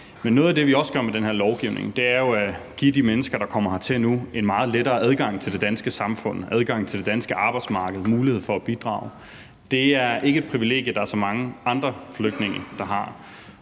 noget af det, vi også gør med den her lovgivning, er jo at give de mennesker, der kommer hertil nu, en meget lettere adgang til det danske samfund, adgang til det danske arbejdsmarked, mulighed for at bidrage. Det er ikke et privilegie, der er så mange andre flygtninge der har,